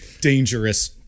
dangerous